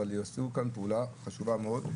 עשו כאן פעולה חשובה מאוד.